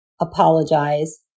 apologize